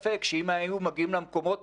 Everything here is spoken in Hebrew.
שאלות ספציפיות כרגע כדי לאפשר את רצף